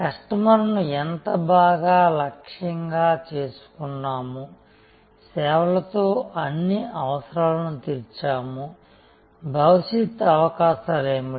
కస్టమర్ను ఎంత బాగా లక్ష్యంగా చేసుకున్నాముసేవలతో అన్ని అవసరాలను తీర్చాము భవిష్యత్ అవకాశాలు ఏమిటి